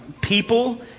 people